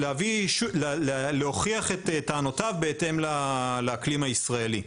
ולהוכיח את טענותיו בהתאם לאקלים הישראלי.